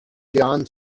john